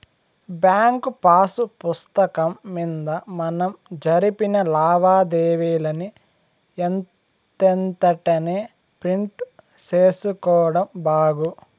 bank pass పుస్తకం మింద మనం జరిపిన లావాదేవీలని ఎంతెంటనే ప్రింట్ సేసుకోడం బాగు